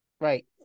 right